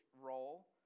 role